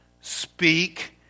speak